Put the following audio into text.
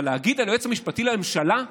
אבל להגיד על היועץ המשפטי לממשלה: